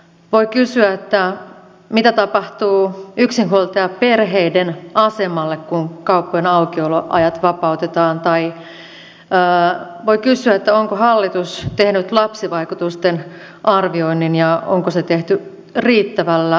voi kysyä mitä tapahtuu yksinhuoltajaperheiden asemalle kun kauppojen aukioloajat vapautetaan tai voi kysyä onko hallitus tehnyt lapsivaikutusten arvioinnin ja onko se tehty riittävällä tavalla